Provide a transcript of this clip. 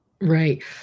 Right